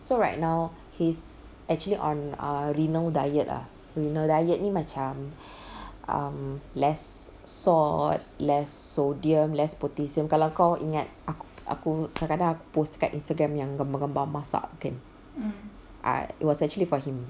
so right now he's actually on err renal diet ah renal diet ni macam um less salt less sodium less potassium kalau kau ingat aku aku kadang-kadang aku post dekat instagram yang gambar-gambar masak it was actually for him